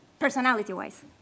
Personality-wise